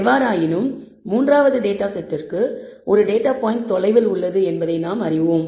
எவ்வாறாயினும் மூன்றாவது டேட்டா செட்டிற்கு ஒரு டேட்டா பாயிண்ட் தொலைவில் உள்ளது என்பதை நாம் அறிவோம்